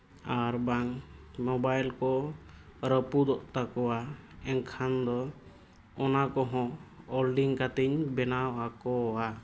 ᱟᱨ ᱵᱟᱝ ᱢᱳᱵᱟᱭᱤᱞ ᱨᱟᱹᱯᱩᱫᱚᱜ ᱛᱟᱠᱚᱣᱟ ᱮᱱᱠᱷᱟᱱ ᱫᱚ ᱚᱱᱟ ᱠᱚᱦᱚᱸ ᱚᱞᱰᱤᱝ ᱠᱟᱛᱮᱫ ᱵᱮᱱᱟᱣ ᱟᱠᱚᱣᱟ